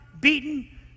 beaten